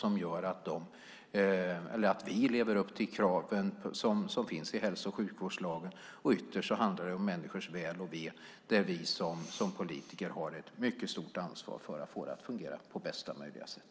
På så vis lever vi upp till kraven som finns i hälso och sjukvårdslagen. Ytterst handlar det om människors väl och ve, som vi som politiker har ett mycket stort ansvar för att få att fungera på bästa möjliga sätt.